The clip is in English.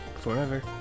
Forever